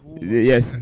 Yes